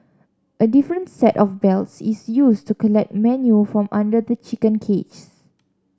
a different set of belts is used to collect manure from under the chicken cages